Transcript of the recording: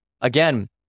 again